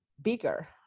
bigger